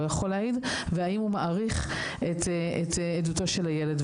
יכול להעיד והאם הוא מעריך את עדותו של הילד,